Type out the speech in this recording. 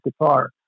guitar